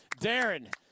Darren